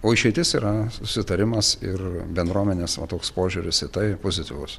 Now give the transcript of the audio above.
o išeitis yra susitarimas ir bendruomenės va toks požiūris į tai pozityvus